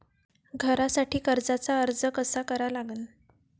घरासाठी कर्जाचा अर्ज कसा करा लागन?